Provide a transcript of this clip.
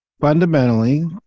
fundamentally